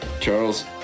Charles